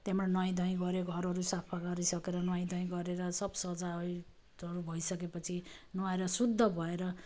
त्यहाँबाट नुहाइधुवाइ गऱ्यो घरहरू सफा गरिसकेर नुहाइधुवाइ गरेर सब सजाइ भइसक्यो पछि नुहाएर शुद्ध भएर